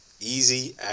easy